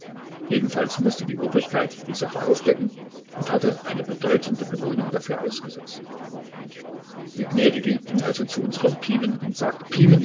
jedenfalls mußte die obrigkeit die sache aufdecken und hatte eine bedeutende belohnung dafür ausgesetzt die gnädige ging also zu unserem pimen und sagte